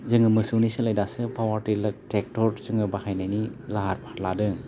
जोङो मोसौनि सोलाय दासो पावार टेलार ट्रेक्टर जोङो बाहायनायनि लाहार फाहार लादों